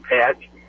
patch